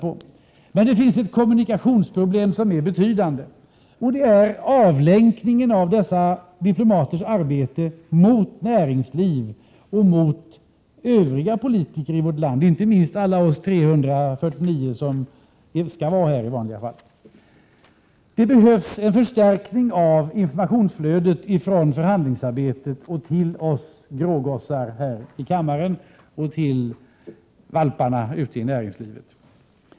Det finns emellertid ett kommunikationsproblem som är betydande, och det gäller avlänkningen av dessa diplomaters arbete mot näringsliv och övriga politiker i vårt land, inte minst alla vi 349 som i vanliga fall skall vara här i kammaren. Det behövs en förstärkning av informationsflödet från förhandlingsarbetet till oss grågossar här i kammaren och till ”valparna” ute i näringslivet.